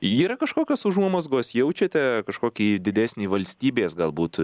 yra kažkokios užuomazgos jaučiate kažkokį didesnį valstybės galbūt